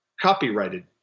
copyrighted